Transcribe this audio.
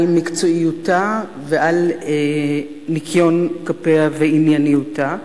על מקצועיותה ועל ניקיון כפיה וענייניותה.